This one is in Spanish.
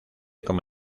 como